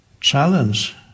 challenge